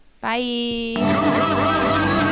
Bye